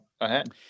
ahead